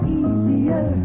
easier